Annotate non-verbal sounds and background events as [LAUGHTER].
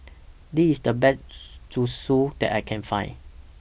This IS The Best [UNINTELLIGIBLE] Zosui that I Can Find